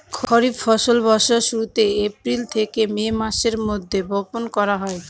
খরিফ ফসল বর্ষার শুরুতে, এপ্রিল থেকে মে মাসের মধ্যে, বপন করা হয়